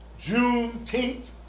Juneteenth